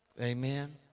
amen